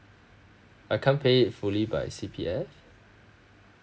I can't pay it fully by C_P_F